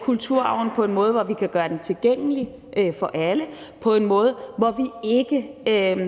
kulturarven, på en måde, hvor vi kan gøre den tilgængelig for alle, på en måde, hvor vi ikke